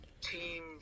team